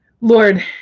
Lord